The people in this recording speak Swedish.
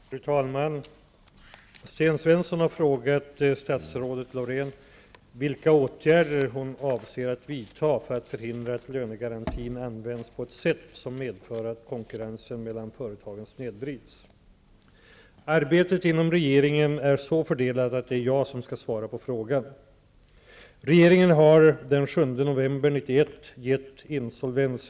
Fru talman! Sten Svensson har frågat statsrådet Laurén vilka åtgärder hon avser att vidta för att förhindra att lönegarantin används på ett sätt som medför att konkurrensen mellan företagen snedvrids. Arbetet inom regeringen är så fördelat att det är jag som skall svara på frågan.